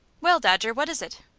well, dodger, what is it?